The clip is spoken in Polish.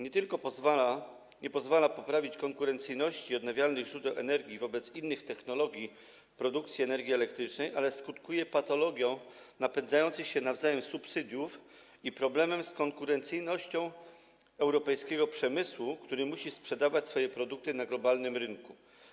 Nie tylko nie pozwala poprawić konkurencyjności odnawialnych źródeł energii wobec innych technologii produkcji energii elektrycznej, ale skutkuje patologią napędzających się nawzajem subsydiów i problemem z konkurencyjnością europejskiego przemysłu, który musi sprzedawać swoje produkty na globalnym rynku.